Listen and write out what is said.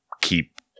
keep